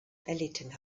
erlitten